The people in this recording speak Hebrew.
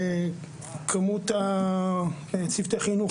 צוותי חינוך,